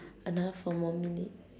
another four more minute